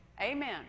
Amen